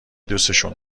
دوسشون